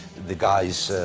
the guys,